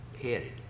headed